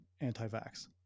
anti-vax